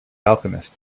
alchemist